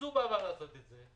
צריך את זה?